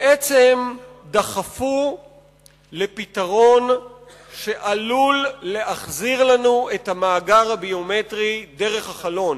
בעצם דחפו לפתרון שעלול להחזיר לנו את המאגר הביומטרי דרך החלון,